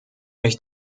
mich